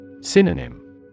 Synonym